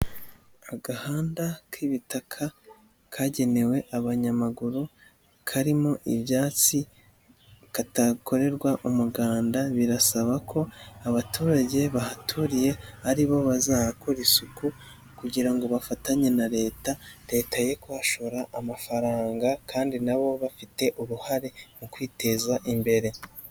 Agahanda k'ibitaka kagenewe abanyamaguru, karimo ibyatsi katakorerwa umuganda birasaba ko abaturage bahaturiye aribo bazahakora isuku kugira ngo bafatanye na leta, leta ye kuhashora amafaranga kandi na bo bafite uruhare mu kwiteza imbere.